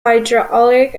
hydraulic